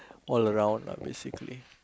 all around lah basically